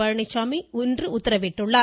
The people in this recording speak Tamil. பழனிச்சாமி இன்று உத்தரவிட்டுள்ளார்